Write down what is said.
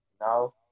now